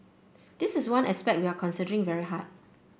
this is one aspect we are considering very hard